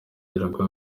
yongera